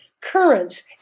currents